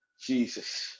Jesus